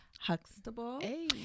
Huxtable